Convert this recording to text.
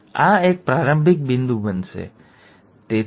તો આ છે આ એક પ્રારંભિક બિંદુ બનશે ખરું ને